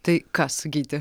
tai kas gyti